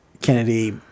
kennedy